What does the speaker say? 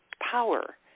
power